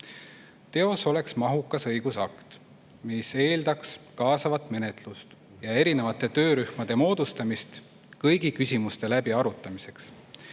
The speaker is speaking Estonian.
oleks mahukas õigusakt, mis eeldaks kaasavat menetlust ja erinevate töörühmade moodustamist kõigi küsimuste läbiarutamiseks.